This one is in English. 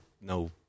no